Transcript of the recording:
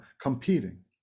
competing